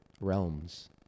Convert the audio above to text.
realms